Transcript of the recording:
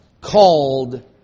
called